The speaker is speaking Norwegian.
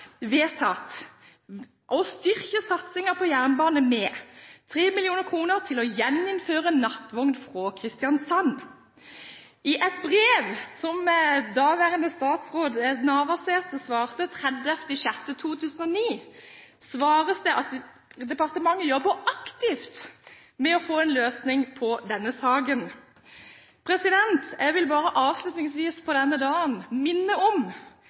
et brev som daværende statsråd Navarsete svarte på den 30. juni 2009, står det at departementet jobber aktivt med å få en løsning på denne saken. Jeg vil bare avslutningsvis på denne dagen minne om